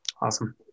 Awesome